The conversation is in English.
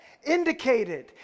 indicated